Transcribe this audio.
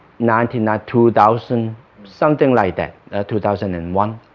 ninety nine two thousand something like that two thousand and one